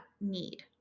need